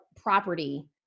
property